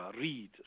read